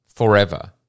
forever